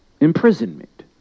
imprisonment